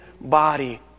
body